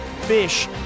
fish